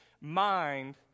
mind